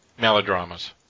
melodramas